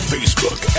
Facebook